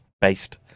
Based